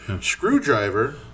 Screwdriver